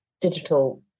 digital